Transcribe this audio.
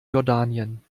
jordanien